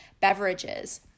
beverages